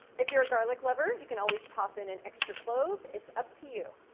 if you're a garlic lover, you can always toss in an extra clove. it's up to you.